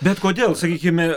bet kodėl sakykime